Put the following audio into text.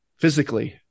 Physically